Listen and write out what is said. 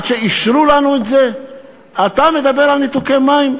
על ניתוקי מים,